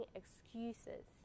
excuses